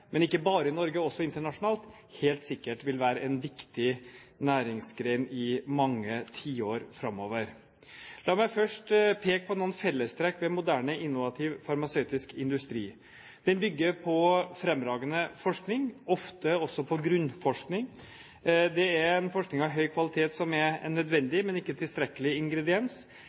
men også internasjonalt – helt sikkert vil være en viktig næringsgren i mange tiår framover. La meg først peke på noen fellestrekk ved moderne innovativ farmasøytisk industri: Den bygger på fremragende forskning, ofte også på grunnforskning. Det er en forskning av høy kvalitet, som er en nødvendig, men ikke tilstrekkelig ingrediens.